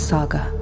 Saga